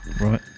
Right